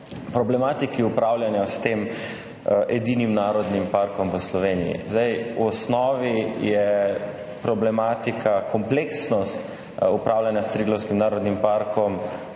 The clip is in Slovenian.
problematiki upravljanja s tem edinim narodnim parkom v Sloveniji. V osnovi je problematika, kompleksnost upravljanja s Triglavskim narodnim parkom